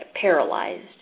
paralyzed